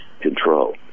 control